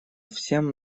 всем